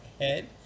head